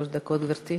שלוש דקות, גברתי.